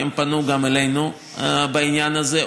כי הם פנו גם אלינו בעניין הזה.